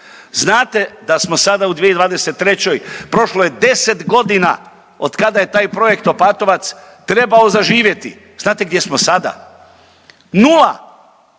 Znate da smo sada u 2023. prošlo je 10 godina od kada je taj projekt Opatovac trebao zaživjeti. Znate gdje smo sada? Nula,